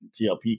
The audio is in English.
TLP